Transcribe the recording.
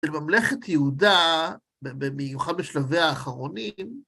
בממלכת יהודה, במיוחד בשלביה האחרונים,